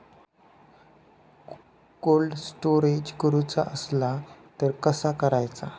Cold storage करूचा असला तर कसा करायचा?